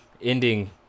ending